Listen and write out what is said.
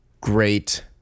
great